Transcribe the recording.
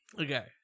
Okay